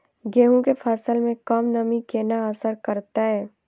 गेंहूँ केँ फसल मे कम नमी केना असर करतै?